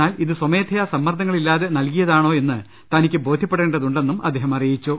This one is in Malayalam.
എന്നാൽ ഇത് സ്വമേധയാ സമ്മർദ്ദങ്ങളില്ലാതെ നൽകിയതാണോ എന്ന് തനിക്ക് ബോധ്യപ്പെടേണ്ടതുണ്ടെന്നും അദ്ദേഹം അറിയിച്ചു